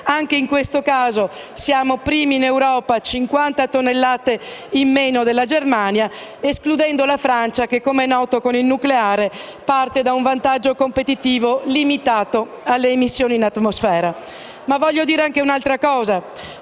Anche in questo caso siamo primi in Europa con 50 tonnellate in meno della Germania, escludendo la Francia che, com'è noto, con il nucleare parte da un vantaggio competitivo limitato alle emissioni in atmosfera.